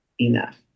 enough